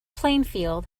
plainfield